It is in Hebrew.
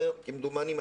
כמדומני,